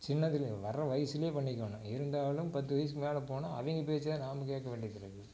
சின்னதில் வர்ற வயதில் பண்ணிக்கணும் இருந்தாலும் பத்து வயதுக்கு மேல் போனால் அவங்க பேச்சு தான் நாம் கேட்க வேண்டியது இருக்குது